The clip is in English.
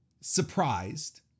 surprised